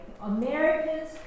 Americans